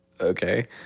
Okay